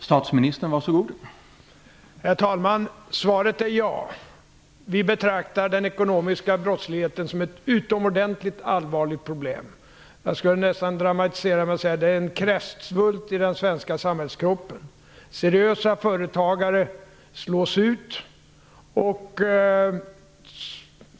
Herr talman! Svaret är ja. Vi betraktar den ekonomiska brottsligheten som ett utomordentligt allvarligt problem. Jag skulle nästan vilja dramatisera genom att säga att den är en kräftsvulst i den svenska samhällskroppen. Seriösa företagare slås ut.